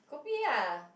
Kopi ah